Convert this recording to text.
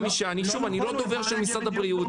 שוב, אני לא דובר של משרד הבריאות.